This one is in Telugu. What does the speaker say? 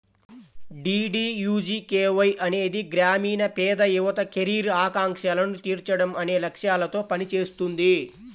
డీడీయూజీకేవై అనేది గ్రామీణ పేద యువత కెరీర్ ఆకాంక్షలను తీర్చడం అనే లక్ష్యాలతో పనిచేస్తుంది